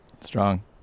Strong